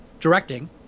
directing